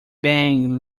bang